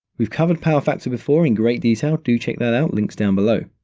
we've covered power factor before in great detail. do check that out, link's down below.